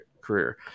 career